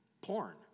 porn